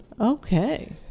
Okay